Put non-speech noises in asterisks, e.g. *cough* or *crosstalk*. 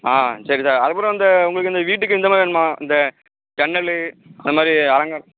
ஆ சரி சார் அதுக்கப்புறம் அந்த உங்களுக்கு அந்த வீட்டுக்கு இந்த மாதிரி வேணுமா இந்த ஜன்னலு அந்த மாதிரி *unintelligible*